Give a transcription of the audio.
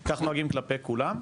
אגב כך נוהגים כלפי כולם?